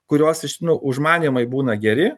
kurios nu užmanymai būna geri